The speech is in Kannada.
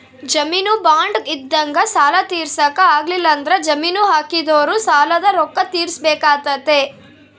ಜಾಮೀನು ಬಾಂಡ್ ಇದ್ದಂಗ ಸಾಲ ತೀರ್ಸಕ ಆಗ್ಲಿಲ್ಲಂದ್ರ ಜಾಮೀನು ಹಾಕಿದೊರು ಸಾಲದ ರೊಕ್ಕ ತೀರ್ಸಬೆಕಾತತೆ